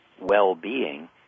well-being